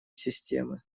системы